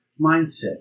mindset